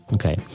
Okay